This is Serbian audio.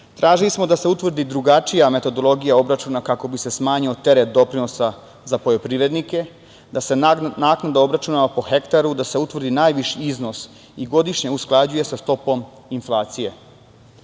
Tražili smo da se utvrdi drugačija metodologija obračuna, kako bi se smanjio teret doprinosa za poljoprivrednike, da se naknada obračunava po hektaru, da se utvrdi najviši iznos i godišnje usklađuje sa stopom inflacije. Iako